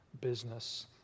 business